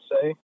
say